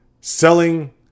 Selling